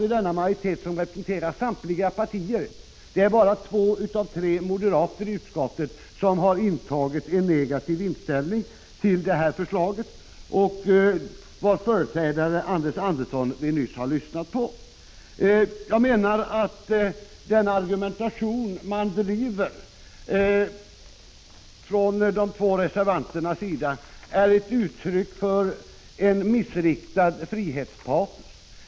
I denna majoritet finns representanter för samtliga partier. Det är bara två av tre moderater i utskottet som har haft en negativ inställning till förslaget. Deras företrädare Anders Andersson har vi nyss lyssnat till. Den argumentation de två reservanterna driver är enligt min mening ett uttryck för ett missriktat frihetspatos.